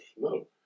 no